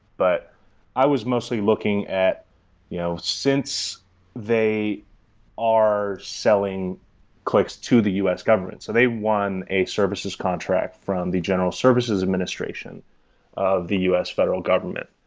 but i was mostly looking at you know since they are selling clicks to the u s. government. so they won a service's contract from the general services administration of the u s. federal government,